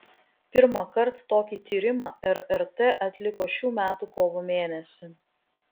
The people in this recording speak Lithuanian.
pirmąkart tokį tyrimą rrt atliko šių metų kovo mėnesį